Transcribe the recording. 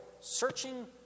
searching